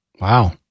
Wow